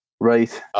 right